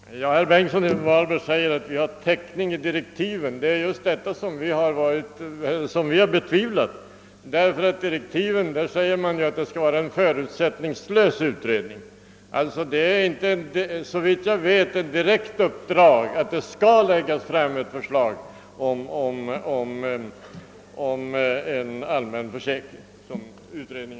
Herr talman! Herr Bengtsson i Varberg säger att det finns täckning i direktiven för vad vi önskar. Det är just detta som vi har betvivlat. I direktiven sägs nämligen att det skall vara en förutsättningslös utredning. Det föreligger såvitt jag förstår inte något direkt uppdrag för utredningen att lägga fram förslag om en allmän försäkring.